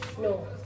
No